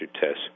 tests